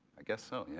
i guess so,